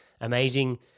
amazing